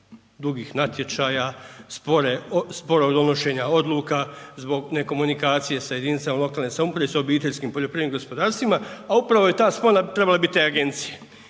dugih natječaja, sporog donošenja odluka, zbog nekomunikacije sa jedinicama lokalne samouprave, s OPG-ovima, a upravo je ta spona trebale bi bit te agencije,